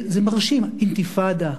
זה מרשים: אינתיפאדה.